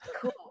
Cool